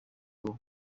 n’ubu